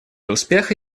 успеха